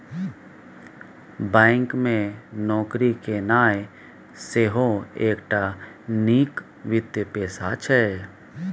bank मे नौकरी केनाइ सेहो एकटा नीक वित्तीय पेशा छै